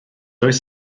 oes